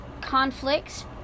conflicts